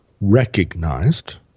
recognized